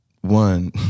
one